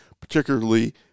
particularly